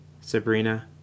Sabrina